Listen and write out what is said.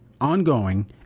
ongoing